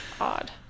Odd